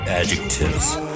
adjectives